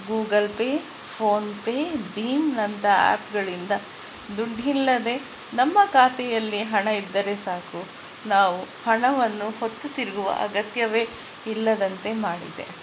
Google pay PhonePe ಭೀಮ್ನಂಥ ಆ್ಯಪ್ಗಳಿಂದ ದುಡ್ಢಿಲ್ಲದೆ ನಮ್ಮ ಖಾತೆಯಲ್ಲಿ ಹಣ ಇದ್ದರೆ ಸಾಕು ನಾವು ಹಣವನ್ನು ಹೊತ್ತು ತಿರುಗುವ ಅಗತ್ಯವೇ ಇಲ್ಲದಂತೆ ಮಾಡಿದೆ